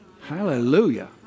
Hallelujah